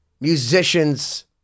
musicians